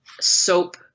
soap